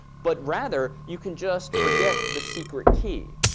but rather, you can just forget the secret key.